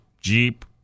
jeep